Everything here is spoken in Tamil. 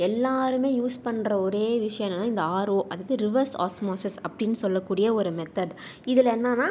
எல்லோருமே யூஸ் பண்ணுற ஒரே விஷயம் என்னென்னா இந்த ஆர்ஓ அதாவது ரிவர்ஸ் ஆஸ்மோஸிஸ் அப்படின்னு சொல்லக்கூடிய ஒரு மெத்தேட் இதில் என்னென்னா